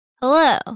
Hello